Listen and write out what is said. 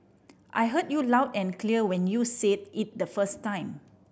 I heard you loud and clear when you said it the first time